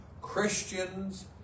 Christians